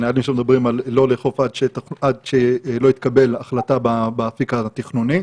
נהלים שמדברים על לא לאכוף עד שלא תתקבל החלטה באפיק התכנוני.